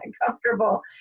uncomfortable